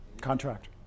Contract